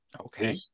Okay